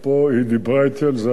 היא דיברה אתי על זה היום.